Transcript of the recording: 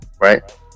right